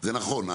זה נכון,